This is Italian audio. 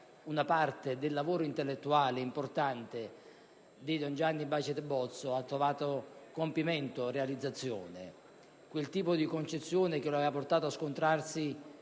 Grazie,